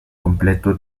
completo